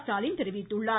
ஸ்டாலின் தெரிவித்துள்ளார்